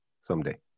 someday